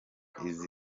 izi